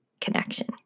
connection